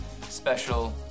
special